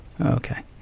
Okay